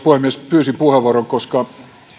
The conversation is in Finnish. puhemies pyysin puheenvuoron koska